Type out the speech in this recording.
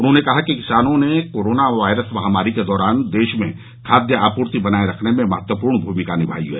उन्होंने कहा कि किसानों ने कोरोना वायरस महामारी के दौरान देश में खाद्य आपूर्ति बनाये रखने में महत्वपूर्ण भूमिका निमाई है